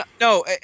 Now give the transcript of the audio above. no